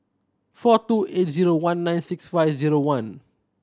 four two eight zero one nine six five zero one